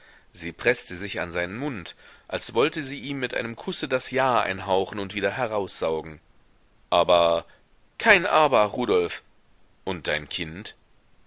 sie preßte sich an seinen mund als wolle sie ihm mit einem kusse das ja einhauchen und wieder heraussaugen aber kein aber rudolf und dein kind